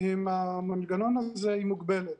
עם המנגנון הזה היא מוגבלת.